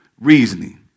reasoning